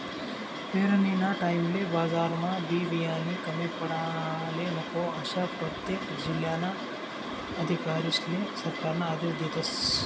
पेरनीना टाईमले बजारमा बी बियानानी कमी पडाले नको, आशा परतेक जिल्हाना अधिकारीस्ले सरकारना आदेश शेतस